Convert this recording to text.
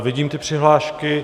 Vidím ty přihlášky.